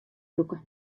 brûke